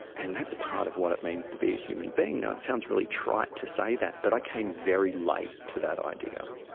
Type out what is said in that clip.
and that's part of what it means to be a human being. ah it sounds really trite to say that, but i came very late like to that idea.